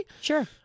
Sure